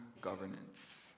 governance